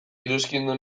iruzkindu